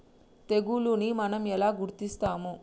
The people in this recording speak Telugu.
తెగులుని మనం ఎలా గుర్తిస్తాము?